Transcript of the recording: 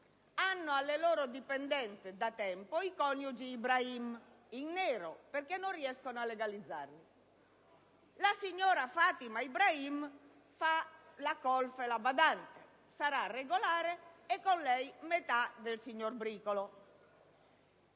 Hanno alle loro dipendenze da tempo i coniugi Ibrahim, in nero, perché non riescono a legalizzarli: la signora Fatima Ibrahim fa la colf e la badante, e pertanto sarà regolare, e con lei metà del signor Bricolo;